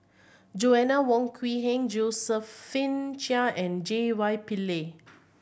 Joanna Wong Quee Heng Josephine Chia and J Y Pillay